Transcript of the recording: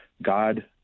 God